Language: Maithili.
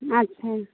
अच्छा